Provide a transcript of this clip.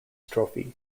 trophy